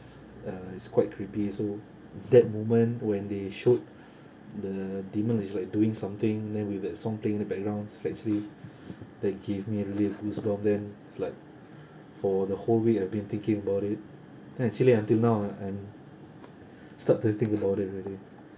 uh it's quite creepy so that moment when they showed the demon is like doing something then with that song playing in the background it's actually that give me a little goose bump then like for the whole week I've been thinking about it the actually until now ah I'm start to think about it already